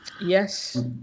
Yes